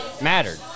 mattered